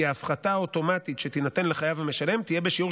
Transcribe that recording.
החליטה הוועדה כי ההפחתה האוטומטית שתינתן ל"חייב המשלם" תהיה בשיעור